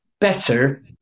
better